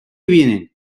vienen